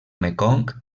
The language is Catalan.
mekong